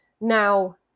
now